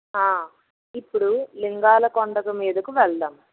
ఇప్పుడు లింగాల కొండకు మీదకి వెళ్దాం